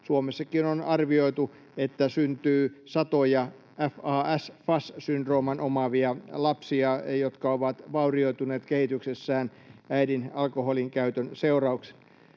Suomessakin syntyy satoja FAS-syndrooman omaavia lapsia, jotka ovat vaurioituneet kehityksessään äidin alkoholinkäytön seurauksena.